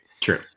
true